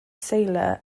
sailor